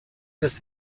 des